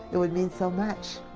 it would mean so much.